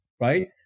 right